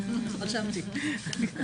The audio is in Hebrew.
רשמתי.